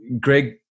Greg